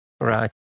Right